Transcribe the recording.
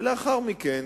ולאחר מכן,